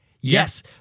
Yes